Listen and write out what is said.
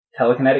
telekinetic